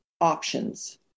options